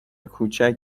کوچک